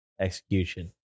execution